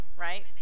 right